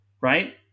right